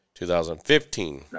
2015